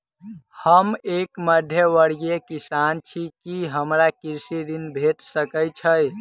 हम एक मध्यमवर्गीय किसान छी, की हमरा कृषि ऋण भेट सकय छई?